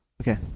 Okay